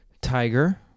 Tiger